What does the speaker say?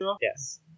Yes